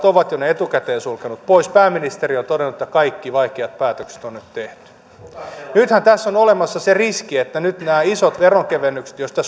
ovat jo etukäteen sulkeneet ne pois pääministeri on todennut että kaikki vaikeat päätökset on nyt tehty nythän tässä on olemassa se riski että nyt nämä isot veronkevennykset joista